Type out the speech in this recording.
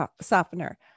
softener